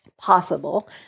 possible